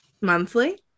monthly